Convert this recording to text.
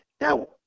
Now